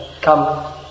come